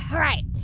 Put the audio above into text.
right.